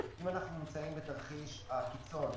אם אנחנו נמצאים בתרחיש הקשה הקיצון,